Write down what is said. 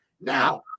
Now